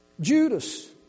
Judas